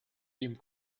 dem